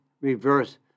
reverse